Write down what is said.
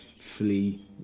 flee